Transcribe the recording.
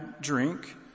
drink